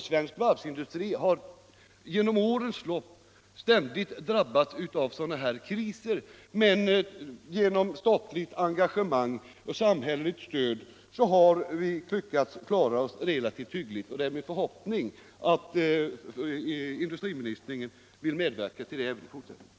Svensk varvsindustri har under årens lopp ständigt drabbats av sådana här kriser, men genom statligt engagemang och samhälleligt stöd 109 har vi lyckats klara oss relativt hyggligt. Det är min förhoppning att industriministern vill medverka till att vi gör det även i fortsättningen.